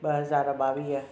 ॿ हज़ार ॿावीह